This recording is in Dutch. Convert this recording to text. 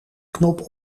knop